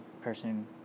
person